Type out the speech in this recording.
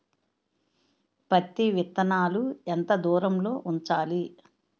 పత్తి విత్తనాలు ఎంత దూరంలో ఉంచాలి?